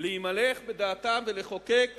להימלך בדעתם ולחוקק